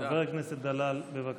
חבר הכנסת דלל, בבקשה.